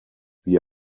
wie